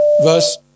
verse